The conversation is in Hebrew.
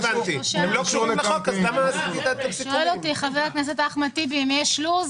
הם לא קשורים לחוק אז למה --- חבר הכנסת אחמד טיבי שואל אם יש לו"ז.